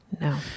No